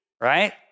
right